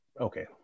Okay